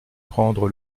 prendre